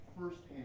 firsthand